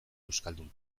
euskaldun